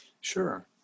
Sure